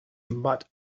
but